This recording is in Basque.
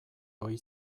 ohi